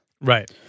right